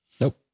Nope